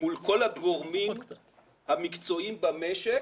מול כל הגורמים המקצועיים במשק